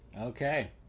Okay